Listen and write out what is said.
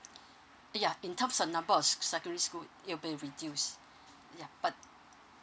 yeah in terms of number of s~ secondary school it'll reduced yeah but